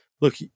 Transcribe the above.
look